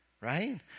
right